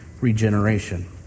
regeneration